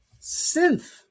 synth